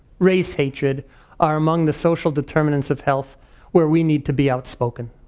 race hatred are among the social determinants of health where we need to be outspoken.